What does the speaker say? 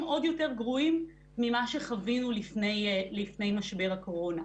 עוד יותר גרועים ממה שחווינו לפני משבר הקורונה.